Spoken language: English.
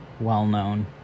well-known